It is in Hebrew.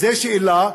זו שאלה.